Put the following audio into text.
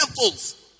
Devils